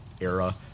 era